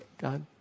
God